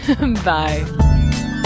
Bye